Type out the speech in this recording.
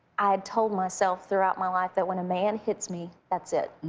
i told myself throughout my life that when a man hits me, that's it.